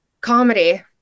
comedy